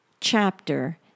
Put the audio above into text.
chapter